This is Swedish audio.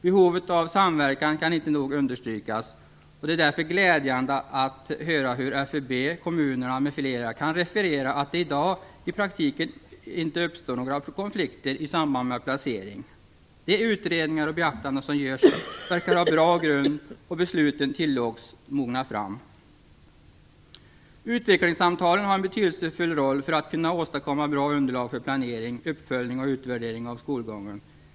Behovet av samverkan kan inte nog understrykas, och det är därför glädjande att höra hur FUB, kommunerna m.fl. kan referera att det i dag i praktiken inte uppstår några konflikter i samband med placering. De utredningar och beaktanden som görs verkar ha bra grund, och besluten tillåts mogna fram. Utvecklingssamtalen har en betydelsefull roll för att kunna åstadkomma bra underlag för planering, uppföljning och utvärdering av skolgången.